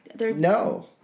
No